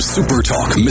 Supertalk